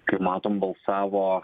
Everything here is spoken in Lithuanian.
kaip matom balsavo